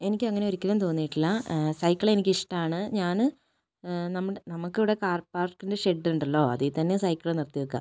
എനിക്ക് അങ്ങനെ ഒരിക്കലും തോന്നിയിട്ടില്ല സൈക്കിള് എനിക്ക് ഇഷ്ടമാണ് ഞാന് നമ്മുടെ നമുക്ക് ഇവിടെ കാർ പാർക്കിൻ്റെ ഷെഡ് ഉണ്ടല്ലോ അതിൽ തന്നെ സൈക്കിള് നിർത്തി വെക്കുക